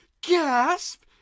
gasp